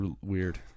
weird